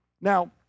Now